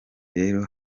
rero